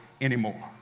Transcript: anymore